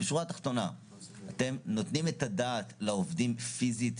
בשורה תחתונה - אתם נותנים את הדעת לעובדים פיזית,